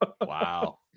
Wow